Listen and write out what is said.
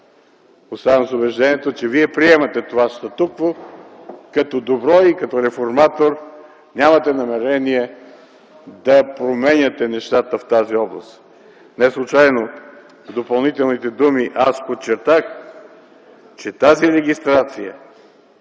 Оставам с убеждението, че Вие приемате това статукво като добро и като реформатор нямате намерение да променяте нещата в тази област. Не случайно в допълнителните думи аз подчертах, че тази регистрация,